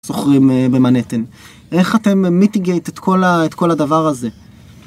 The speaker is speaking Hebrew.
זוכרים במנתן, איך אתם מיטיגייט את כל הדבר הזה?